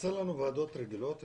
חסרות לנו ועדות רגילות,